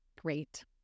Great